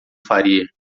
faria